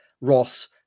Ross